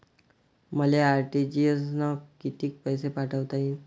मले आर.टी.जी.एस न कितीक पैसे पाठवता येईन?